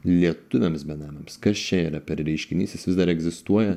lietuviams benamiams kas čia yra per reiškinys jis vis dar egzistuoja